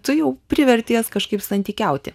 tu jau priverti jas kažkaip santykiauti